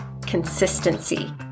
Consistency